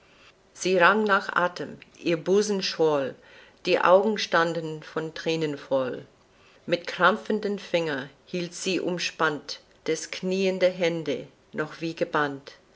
sie rang nach athem ihr busen schwoll die augen standen von thränen voll mit krampfenden fingern hielt sie umspannt des knieenden hände noch wie gebannt